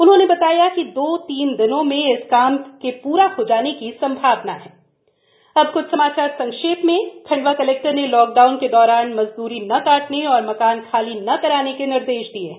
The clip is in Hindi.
उन्होंने बताया कि दो तीन दिनों में इस काम के पूरा हो जाने की संभावना हा संक्षिप्त समाचार खंडवा कलेक्टर ने लॉकडाउन के दौरान मजदूरी न काटने और मकान खाली ना कराने के निर्देष दिए हैं